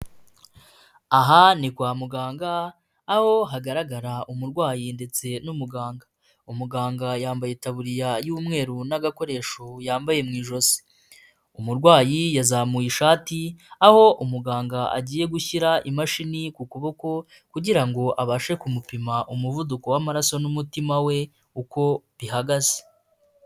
Aha ni kwa muganga, aho hagaragara umurwayi ndetse n'umuganga, umuganga yambaye itaburiya y'umweru n'agakoresho yambaye mu ijosi, umurwayi yazamuye ishati, aho umuganga agiye gushyira imashini ku kuboko kugira ngo abashe kumupima umuvuduko w'amaraso n'umutima we, uko bihagaze.